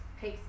Peace